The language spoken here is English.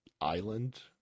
island